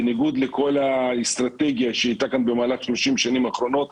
בניגוד לכל האסטרטגיה שהייתה כאן במהלך 30 השנים האחרונות,